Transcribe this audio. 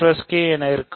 0k என இருக்கும்